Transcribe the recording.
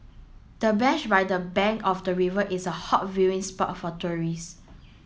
the bench by the bank of the river is a hot viewing spot for tourist